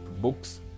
Books